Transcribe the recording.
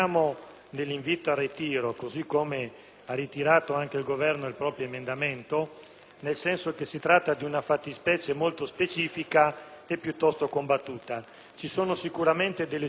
visto che si tratta di una fattispecie molto specifica e piuttosto combattuta. Ci sono sicuramente situazioni di profughi degne di essere considerate perché riguardano in particolare i minorenni.